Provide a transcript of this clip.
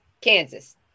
Kansas